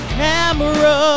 camera